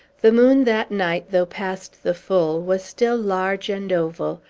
the moon, that night, though past the full, was still large and oval,